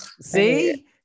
See